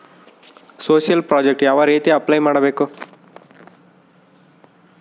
Social project ಯಾವ ರೇತಿ apply ಮಾಡಬೇಕು?